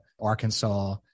Arkansas